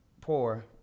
poor